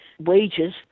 Wages